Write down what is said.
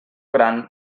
gran